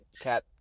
Cat